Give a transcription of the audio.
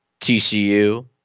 TCU